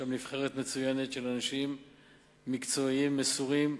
יש שם נבחרת מצוינת של אנשים מקצועיים ומסורים,